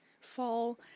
fall